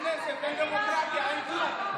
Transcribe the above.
אין כנסת, אין דמוקרטיה, אין כלום.